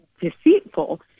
deceitful